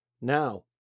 Now